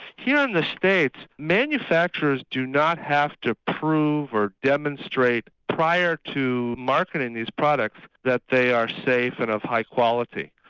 here in the states manufacturers do not have to prove or demonstrate prior to marketing these products that they are safe and of high quality.